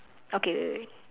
okay wait wait